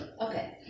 Okay